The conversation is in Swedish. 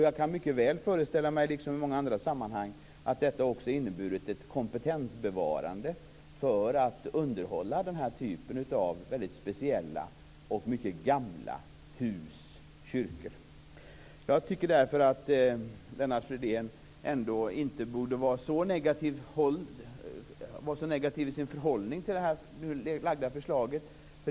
Jag kan mycket väl föreställa mig att detta också har inneburit ett kompetensbevarande när det gäller att underhålla den här typen av väldigt speciella och mycket gamla hus och kyrkor. Därför borde Lennart Fridén inte vara så negativ i sin hållning till det framlagda förslaget.